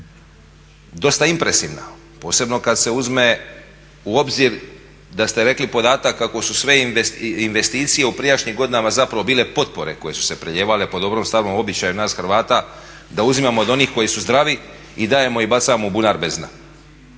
dosta impresivna posebno kad se uzme u obzir da ste rekli podatak kako su sve investicije u prijašnjim godinama zapravo bile potpore koje su se prelijevale po dobrom starom običaju nas Hrvata da uzimamo od onih koji su zdravi i dajemo i bacamo u bunar bez dna.